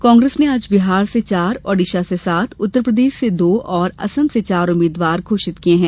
कांग्रेस ने आज बिहार से चार ओडिशा से सात उत्तर प्रदेश से दो और असम से चार उम्मीदवार घोषित किए हैं